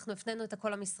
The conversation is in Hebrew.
אנחנו הפננו את הכל למשרדים,